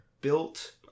built